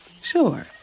Sure